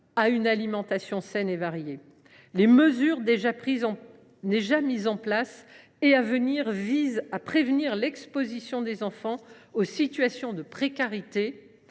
à une alimentation saine et variée. Les mesures déjà mises en œuvre et celles qui sont à venir visent à prévenir l’exposition des enfants aux situations de précarité,